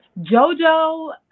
JoJo